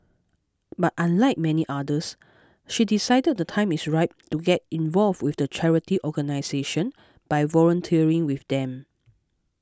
but unlike many others she decided the time is ripe to get involved with the charity organisation by volunteering with them